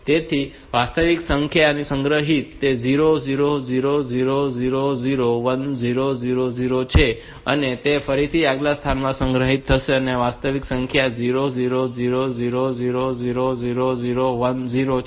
તેથી વાસ્તવિક જે સંખ્યા સંગ્રહિત થાય છે તે 0 0 0 0 0 0 1 0 0 0 છે અને તે જ રીતે આગલા સ્થાન પર સંગ્રહિત થતી વાસ્તવિક સંખ્યા 0 0 0 0 0 0 0 0 1 0 છે